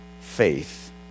faith